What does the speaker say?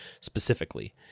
specifically